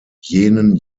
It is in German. jenen